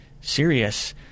serious